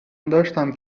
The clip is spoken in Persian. داشتم